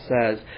says